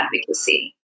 advocacy